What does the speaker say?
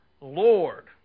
Lord